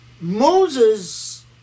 Moses